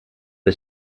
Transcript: the